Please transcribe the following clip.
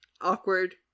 awkward